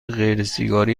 غیرسیگاری